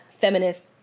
feminist